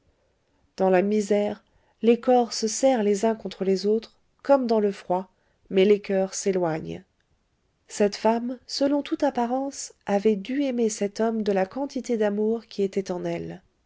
dans la misère les corps se serrent les uns contre les autres comme dans le froid mais les coeurs s'éloignent cette femme selon toute apparence avait dû aimer cet homme de la quantité d'amour qui était en elle